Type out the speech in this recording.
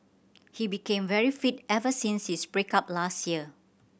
he became very fit ever since his break up last year